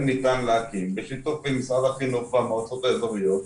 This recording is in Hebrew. ניתן להקים בשיתוף עם משרד החינוך והמועצות האזוריות,